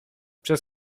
przez